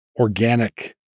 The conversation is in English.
organic